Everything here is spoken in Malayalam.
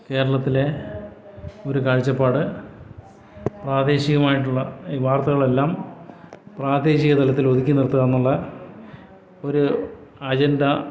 കേരളത്തിലെ ഒരു കാഴ്ചപ്പാട് പ്രാദേശികമായിട്ടുള്ള ഈ വാർത്തകളെല്ലാം പ്രാദേശിക തലത്തിലൊതുക്കി നിർത്തുകയെന്നുള്ള ഒരു അജണ്ട